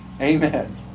Amen